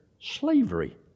slavery